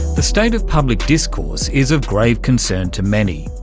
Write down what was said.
the state of public discourse is of grave concern to many.